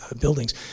buildings